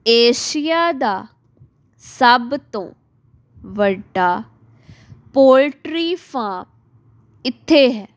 Asia ਦਾ ਸਭ ਤੋਂ ਵੱਡਾ ਪੋਲਟਰੀ ਫਾਰਮ ਇੱਥੇ ਹੈ